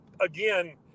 again